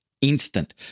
instant